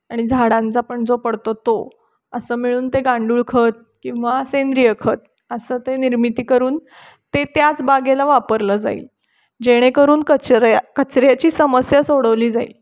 आणि झाडांचा पण जो पडतो तो असं मिळून ते गांडूळ खत किंवा सेंद्रिय खत असं ते निर्मिती करून ते त्याच बागेला वापरलं जाईल जेणेकरून कचऱ्या कचऱ्याची समस्या सोडवली जाईल